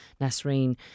Nasreen